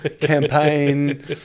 campaign